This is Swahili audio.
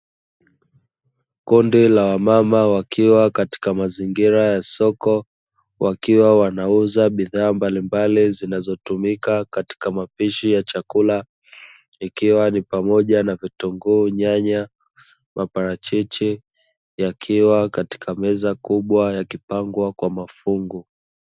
Kundi la wamama wakiwa katika mazingira ya soko, wakiwa wanauza bidhaa mbalimbali zinazotumika katika mapishi ya chakula, ikiwa ni pamoja na vitunguu, nyanya, na maparachichi, yakiwa katika meza kubwa yakipangwa kwa mafungu.